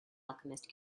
alchemist